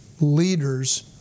leaders